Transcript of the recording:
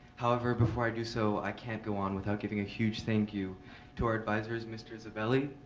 however, before i do so, i can't go on without giving a huge thank you to our advisors mr. saveli,